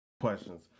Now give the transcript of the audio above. questions